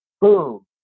Boom